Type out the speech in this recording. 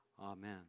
Amen